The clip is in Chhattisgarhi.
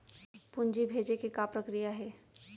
पूंजी भेजे के का प्रक्रिया हे?